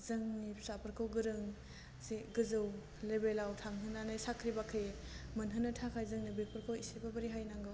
जोंनि फिसाफोरखौ गोरों जे गोजौ लेभेलाव थांहोनानै साख्रि बाख्रि मोनहोनो थाखाय जोंनो बेफोरखौ एसेबाबो रेहाय नांगौ